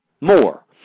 More